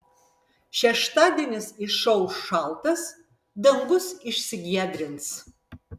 šeštadienis išauš šaltas dangus išsigiedrins